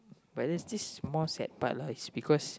but this is more sad part lah it's because